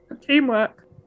Teamwork